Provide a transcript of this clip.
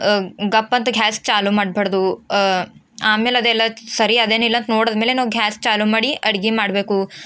ಗಪ್ಪಂತ gas ಚಾಲು ಮಾಡಬಾರ್ದು ಆಮೇಲೆ ಅದೆಲ್ಲ ಸರಿ ಅದೇನಿಲ್ಲ ಅಂತ ನೋಡಿದಮೇಲೆ ನಾವು ಘ್ಯಾಸ್ ಚಾಲು ಮಾಡಿ ಅಡುಗೆ ಮಾಡಬೇಕು